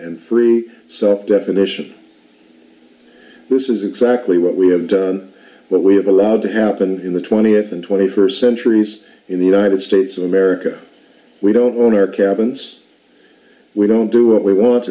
and free self definition this is exactly what we have what we have allowed to happen in the twentieth and twenty first centuries in the united states of america we don't own our cabins we don't do what we want